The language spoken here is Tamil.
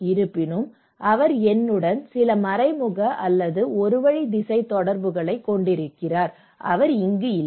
இருப்பினும் அவர் என்னுடன் சில மறைமுக அல்லது ஒரு வழி திசை தொடர்புகளைக் கொண்டிருக்கிறார் அவர் அங்கு இல்லை